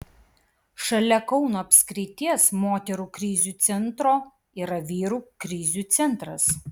šalia kauno apskrities moterų krizių centro yra vyrų krizių centras